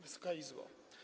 Wysoka Izbo!